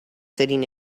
sitting